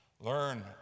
Learn